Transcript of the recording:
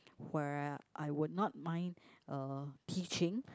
where I would not mind uh teaching